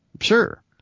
Sure